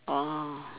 orh